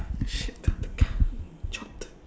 shit dropped